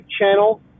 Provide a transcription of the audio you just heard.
channel